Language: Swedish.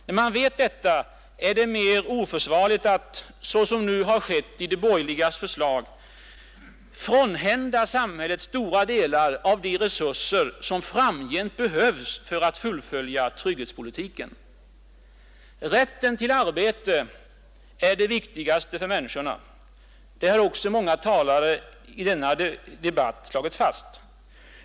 När man vet detta är det än mer oförsvarligt att, såsom skett i det förslag de borgerliga partierna presenterat, frånhända samhället stora delar av de resurser som framgent behövs för att fullfölja trygghetspolitiken. Rätten till arbete är det viktigaste för människorna — det har också många talare i denna debatt slagit fast.